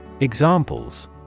Examples